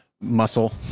muscle